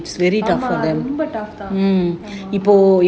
ரொம்ப:romba tough time